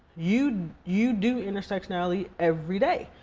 you you do intersectionality everyday.